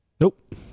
Nope